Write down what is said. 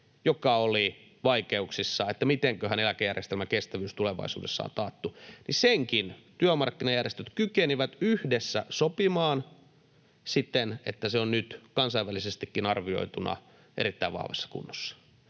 joka oli vaikeuksissa, että mitenköhän eläkejärjestelmän kestävyys tulevaisuudessa on taattu, niin senkin työmarkkinajärjestöt kykenivät yhdessä sopimaan siten, että se on nyt kansainvälisestikin arvioituna erittäin vahvassa kunnossa.